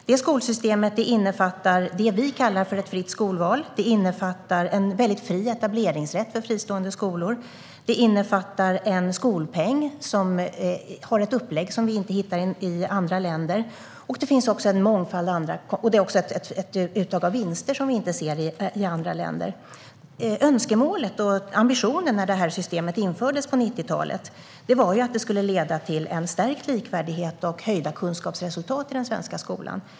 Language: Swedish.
Det skolsystemet innefattar det som vi kallar ett fritt skolval, en väldigt fri etableringsrätt för fristående skolor, en skolpeng med ett upplägg och ett uttag av vinster som vi inte ser i andra länder. Önskemålet och ambitionen när det här systemet infördes på 90-talet var ju att det skulle leda till en större likvärdighet och höjda kunskapsresultat i den svenska skolan.